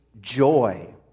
joy